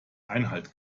einhalt